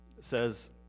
says